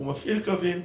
הוא מפעיל קווים,